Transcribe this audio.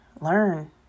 learn